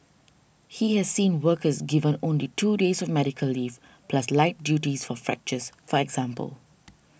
he has seen workers given only two days of medical leave plus light duties for fractures for example